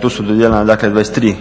Tu su dodijeljena dakle